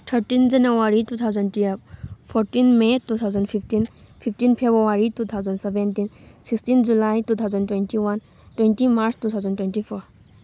thirteen January two thousand twelve fourteen may two thousand fifteen fifteen February two thousand seventeen sixteen July two thousand twenty one twenty March two thousand twenty four